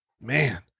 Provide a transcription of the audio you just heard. Man